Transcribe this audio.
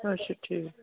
اچھا ٹھیٖک